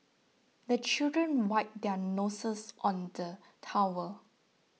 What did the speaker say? the children wipe their noses on the towel